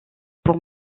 pour